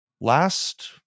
Last